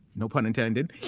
no pun intended.